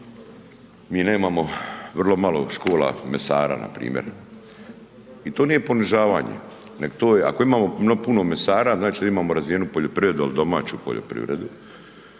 mi nemamo vrlo malo škola mesara npr. I to nije ponižavanje, neg to je ako imamo puno mesara znači da imamo razvijenu poljoprivredu, ali domaću poljoprivredu,